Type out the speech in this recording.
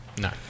No